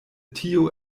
tio